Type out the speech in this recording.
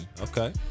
Okay